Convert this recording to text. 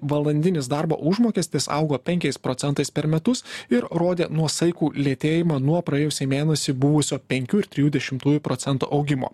valandinis darbo užmokestis augo penkiais procentais per metus ir rodė nuosaikų lėtėjimą nuo praėjusį mėnesį buvusio penkių ir trijų dešimtųjų procento augimo